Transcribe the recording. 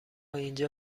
اینجا